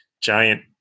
giant